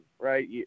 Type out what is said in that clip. right